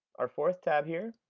our fourth tab here